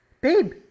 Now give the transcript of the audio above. Babe